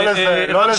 לא לזה.